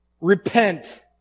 Repent